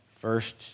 first